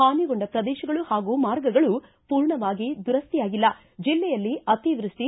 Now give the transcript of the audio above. ಪಾನಿಗೊಂಡ ಪ್ರದೇಶಗಳು ಪಾಗೂ ಮಾರ್ಗಗಳು ಪೂರ್ಣವಾಗಿ ದುರಸ್ಮಿಯಾಗಿಲ್ಲ ಜಿಲ್ಲೆಯಲ್ಲಿ ಅತಿವೃಷ್ಟಿ